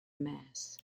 mass